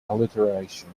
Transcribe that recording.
alliteration